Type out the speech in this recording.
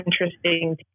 interesting